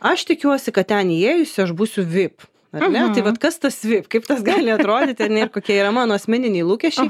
aš tikiuosi kad ten įėjusi aš būsiu vip ar ne tai vat kas tas vip kaip tas gali atrodyti ane ir kokie yra mano asmeniniai lūkesčiai